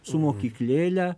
su mokyklėle